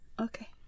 Okay